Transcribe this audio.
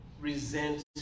resent